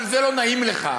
אבל זה לא נעים לך.